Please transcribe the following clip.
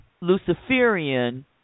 Luciferian